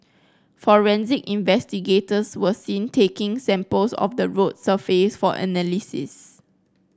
forensic investigators were seen taking samples of the road surface for analysis